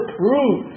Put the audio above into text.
prove